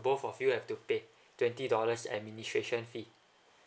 both of you have to pay twenty dollars administration fee